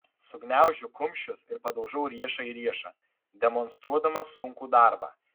sugniaužiu kumščius ir padaužau riešą į riešą demonstruodama sunkų darbą